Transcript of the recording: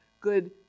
good